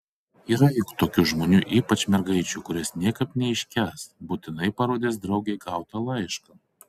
yra juk tokių žmonių ypač mergaičių kurios niekaip neiškęs būtinai parodys draugei gautą laišką